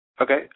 Okay